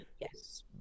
Yes